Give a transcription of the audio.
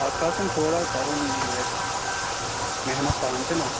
اتھ چھُ آسان تھوڑا کَرُن یہِ محنت پانہٕ تہِ نا